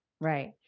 right